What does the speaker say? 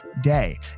day